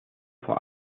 vor